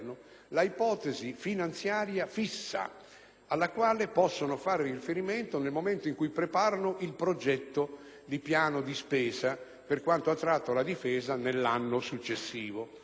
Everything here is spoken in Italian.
l'ipotesi finanziaria fissa alla quale possono fare riferimento nel momento in cui preparano il progetto di piano di spesa per l'anno successivo.